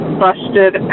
busted